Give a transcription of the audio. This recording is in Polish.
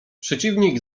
przeciwnik